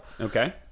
Okay